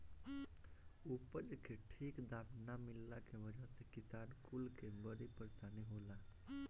उपज के ठीक दाम ना मिलला के वजह से किसान कुल के बड़ी परेशानी होला